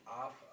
off